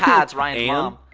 that's ryan's mom.